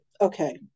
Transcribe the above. okay